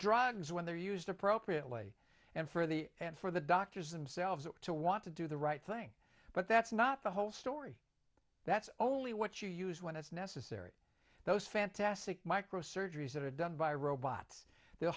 drugs when they're used appropriately and for the and for the doctors themselves to want to do the right thing but that's not the whole story that's only what you use when it's necessary those fantastic micro surgeries that are done by robots the